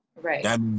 Right